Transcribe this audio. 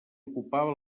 ocupava